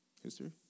History